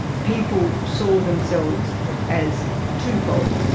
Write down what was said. people saw themselves as twofold.